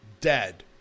dead